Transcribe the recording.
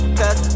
cause